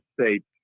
states